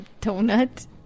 donut